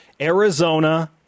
Arizona